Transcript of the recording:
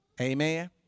Amen